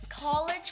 College